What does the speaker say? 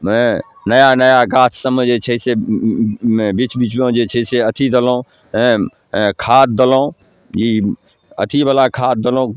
नया नया गाछसबमे जे छै से बीच बीचमे जे छै से अथी देलहुँ खाद देलहुँ ई अथीवला खाद देलहुँ